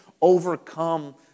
overcome